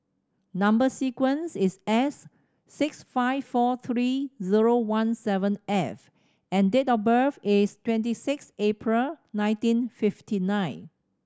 number sequence is S six five four three zero one seven F and date of birth is twenty six April nineteen fifty nine